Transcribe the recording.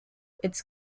its